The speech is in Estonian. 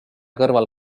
kõrval